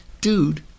dude